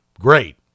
great